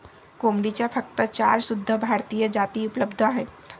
कोंबडीच्या फक्त चार शुद्ध भारतीय जाती उपलब्ध आहेत